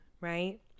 right